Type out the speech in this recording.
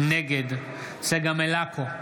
נגד צגה מלקו,